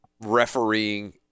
refereeing